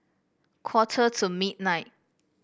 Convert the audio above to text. quarter to midnight